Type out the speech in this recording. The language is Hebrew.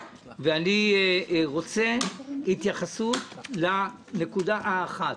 ואני רוצה התייחסות לנקודה האחת,